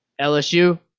LSU